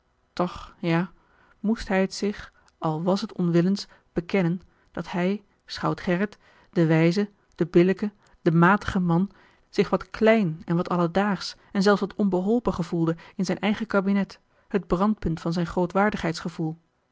toch ja moest hij het zich al was t onwillens bekennen dat hij schout gerrit de wijze de billijke de matige man zich wat klein en wat alledaagsch en zelfs wat onbeholpen gevoelde in zijn eigen kabinet het brandpunt van zijn